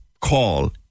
call